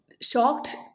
shocked